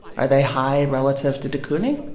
are they high relative to de kooning?